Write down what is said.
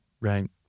Right